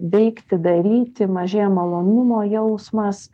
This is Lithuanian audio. veikti daryti mažėja malonumo jausmas